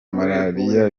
malariya